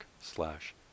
slash